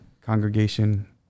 congregation